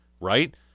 right